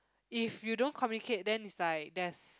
if you don't communicate then it's like there's